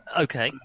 Okay